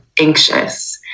anxious